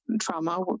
trauma